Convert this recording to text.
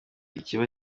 ikiba